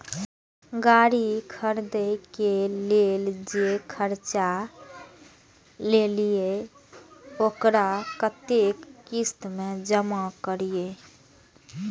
गाड़ी खरदे के लेल जे कर्जा लेलिए वकरा कतेक किस्त में जमा करिए?